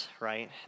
right